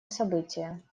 события